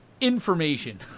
information